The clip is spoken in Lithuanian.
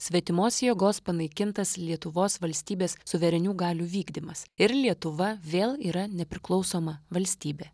svetimos jėgos panaikintas lietuvos valstybės suverenių galių vykdymas ir lietuva vėl yra nepriklausoma valstybė